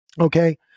Okay